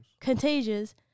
Contagious